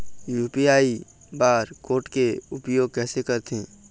UPI bar code के उपयोग कैसे करथें?